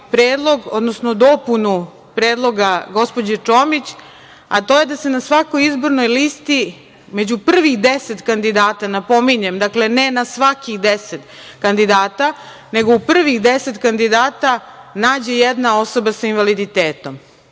predlog, odnosno dopunu predloga gospođe Čomić, a to je da se na svakoj izbornoj listi među prvih 10 kandidata, napominjem, dakle ne na svakih 10 kandidata, nego u prvih 10 kandidata nađe jedna osoba sa invaliditetom. Meni